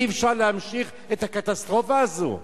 אי-אפשר להמשיך את הקטסטרופה הזו.